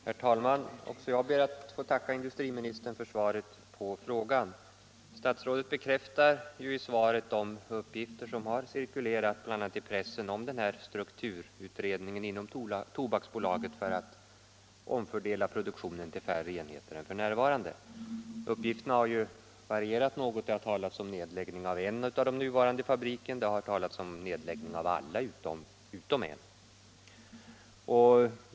Herr talman! Också jag ber att få tacka industriministern för svaret på frågan. Statsrådet bekräftar i svaret de uppgifter som cirkulerat bl.a. i pressen om strukturutredningen inom Tobaksbolaget för att omfördela produktionen till färre enheter än f. n. Uppgifterna har varierat något; det har talats om nedläggning av en av de nuvarande fabrikerna, det har talats om nedläggning av alla utom en.